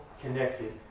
connected